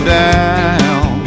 down